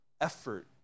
effort